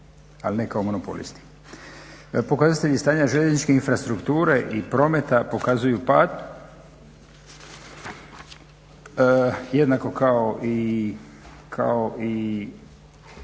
ali ne kao monopolisti. Pokazatelji stanja željezničke infrastrukture i prometa pokazuju pad, jednako kao i